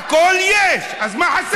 יש הכול, אז מה חסר?